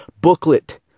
booklet